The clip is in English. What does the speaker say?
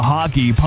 Hockey